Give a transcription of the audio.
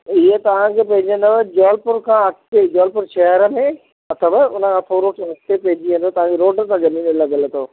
इहे तव्हां जे पइजी वेंदो जबलपुर खां अॻिते ई जबलपुर शहर में अथव उन खां थोरो सो अॻिते पइजी वेंदो रोड सां ज़मीन लॻियल अथव